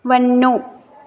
वञो